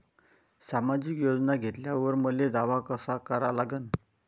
सामाजिक योजना घेतल्यावर मले दावा कसा करा लागन?